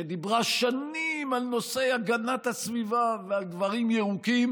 שדיברה שנים על נושא הגנת הסביבה ועל דברים ירוקים,